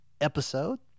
episode